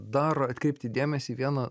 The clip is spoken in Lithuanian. dar atkreipti dėmesį į vieną